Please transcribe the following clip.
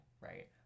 right